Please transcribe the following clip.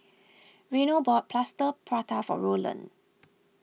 Reynold bought Plaster Prata for Rolland